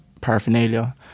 paraphernalia